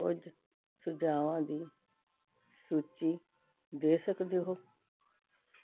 ਕੁਝ ਸੁਝਾਵਾਂ ਦੀ ਸੂਚੀ ਦੇ ਸਕਦੇ ਹੋ